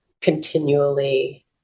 continually